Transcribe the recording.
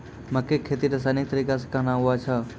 मक्के की खेती रसायनिक तरीका से कहना हुआ छ?